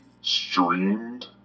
Streamed